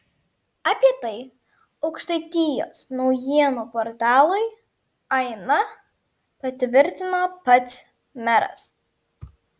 apie tai aukštaitijos naujienų portalui aina patvirtino pats meras